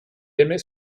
aimait